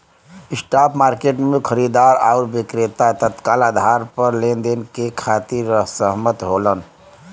spot market में खरीदार आउर विक्रेता तत्काल आधार पर लेनदेन के खातिर सहमत होलन